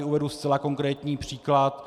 Uvedu tady zcela konkrétní příklad.